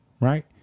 Right